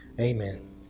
Amen